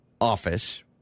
office